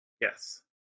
Yes